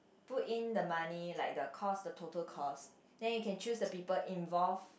put in the money like the cost the total cost then you can choose the people involved